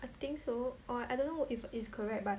I think so or I don't know if is correct but